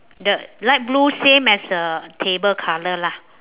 the light blue same as the table colour lah